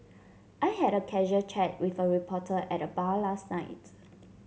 I had a casual chat with a reporter at the bar last night